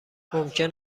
ممکن